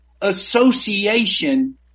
association